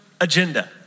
agenda